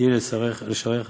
תהי לשריך